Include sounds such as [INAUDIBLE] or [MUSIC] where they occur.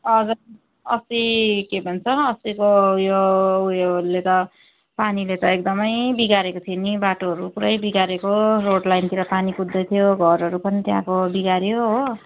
[UNINTELLIGIBLE] अस्ति के भन्छ अस्तिको उयो उयोले त पानीले त एकदमै बिगारेको थियो नि बाटोहरू पुरै बिगारेको रोड लाइनतिर पानी कुद्दै थियो घरहरू पनि त्यहाँको बिगाऱ्यो हो